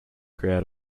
crowd